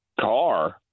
car